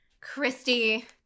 Christy